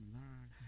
learn